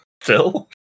Phil